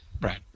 Right